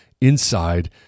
inside